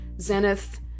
Zenith